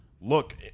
look